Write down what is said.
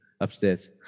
upstairs